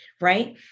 right